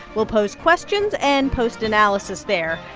we'll post questions and post analysis there.